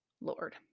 Lord